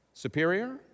Superior